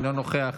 אינו נוכח,